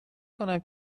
کنم